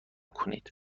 کنید